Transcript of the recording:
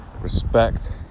Respect